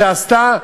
שעשתה,